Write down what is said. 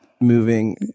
moving